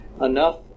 enough